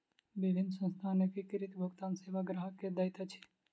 विभिन्न संस्थान एकीकृत भुगतान सेवा ग्राहक के दैत अछि